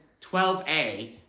12A